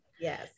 Yes